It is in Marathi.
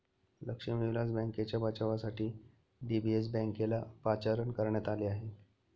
लक्ष्मी विलास बँकेच्या बचावासाठी डी.बी.एस बँकेला पाचारण करण्यात आले आहे